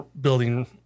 building